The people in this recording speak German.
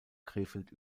krefeld